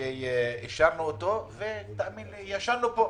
וישנו פה.